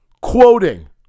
Quoting